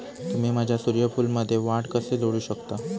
तुम्ही माझ्या सूर्यफूलमध्ये वाढ कसे जोडू शकता?